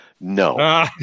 No